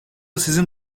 sizin